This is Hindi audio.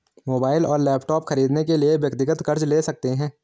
मोबाइल और लैपटॉप खरीदने के लिए व्यक्तिगत कर्ज ले सकते है